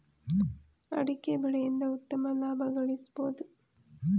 ಅಡಿಕೆ ಬೆಳೆಯಿಂದ ಉತ್ತಮ ಲಾಭ ಗಳಿಸಬೋದು